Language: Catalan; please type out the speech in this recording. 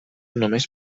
només